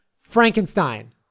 Frankenstein